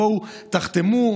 בואו תחתמו,